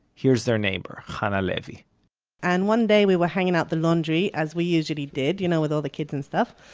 here's their neighbor, chana levi and one day we were hanging out the laundry, as we usually did, you know, with all the kids and stuff.